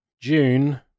June